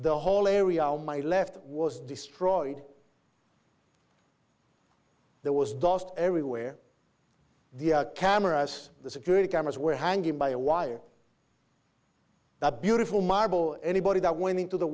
the whole area my left was destroyed there was dust everywhere the cameras the security cameras were hanging by a wire that beautiful marble anybody that went into the